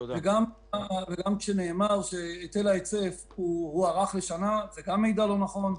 גם כשנאמר שהיטל ההיצף הוארך לשנה זה גם מידע לא נכון.